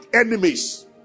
enemies